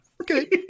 Okay